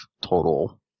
total